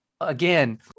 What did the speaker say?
again